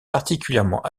particulièrement